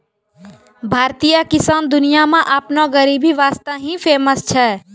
भारतीय किसान दुनिया मॅ आपनो गरीबी वास्तॅ ही फेमस छै